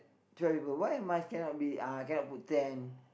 twelve people why must cannot be uh cannot put ten